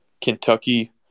Kentucky